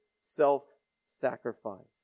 self-sacrifice